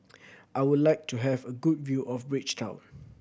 I would like to have a good view of Bridgetown